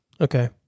Okay